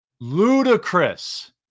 ludicrous